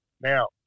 Now